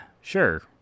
sure